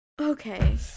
Okay